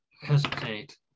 hesitate